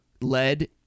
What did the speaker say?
lead